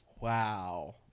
Wow